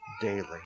daily